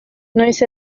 noiz